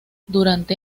durante